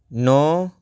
ਨੌਂ